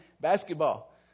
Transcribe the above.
basketball